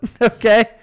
Okay